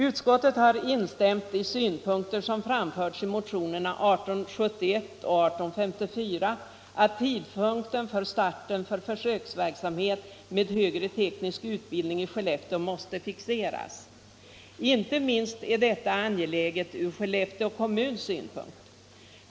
Utskottet har instämt i de i motionerna 1871 och 1854 framförda synpunkterna att tidpunkten för starten för försöksverksamhet med högre teknisk utbildning i Skellefteå måste fixeras. Inte minst är detta angeläget ur Skellefteå kommuns synpunkt.